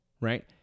right